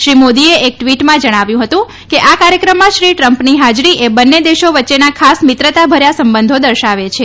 શ્રી મોદીએ એક ટ્વીટમાં જણાવ્યું હતું કે આ કાર્યક્રમમાં શ્રી ટ્રમ્પની હાજરી એ બંને દેશો વચ્ચેના ખાસ મિત્રતાભર્યા સંબંધો દર્શાવે છે